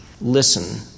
Listen